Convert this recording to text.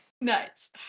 Nice